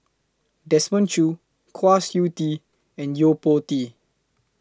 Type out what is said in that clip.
Desmond Choo Kwa Siew Tee and Yo Po Tee